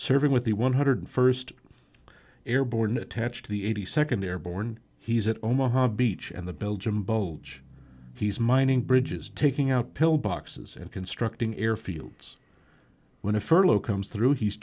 serving with the one hundred first airborne attached to the eighty second airborne he's at omaha beach and the belgian bulge he's mining bridges taking out pill boxes and constructing airfields when a furlough comes through he's